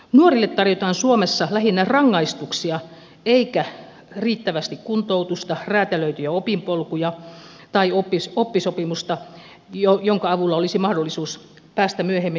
nuorille tarjotaan suomessa lähinnä rangaistuksia eikä riittävästi kuntoutusta räätälöityjä opinpolkuja tai oppisopimusta jonka avulla olisi mahdollisuus päästä myöhemmin työelämään